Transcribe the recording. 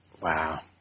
Wow